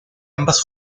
ambas